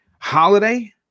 holiday